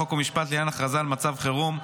חוק ומשפט לעניין הכרזה על מצב חירום,